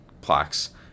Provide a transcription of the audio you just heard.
plaques